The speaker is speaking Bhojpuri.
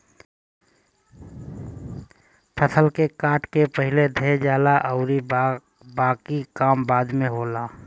फसल के काट के पहिले धअ देहल जाला अउरी बाकि के काम बाद में होला